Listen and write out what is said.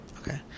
Okay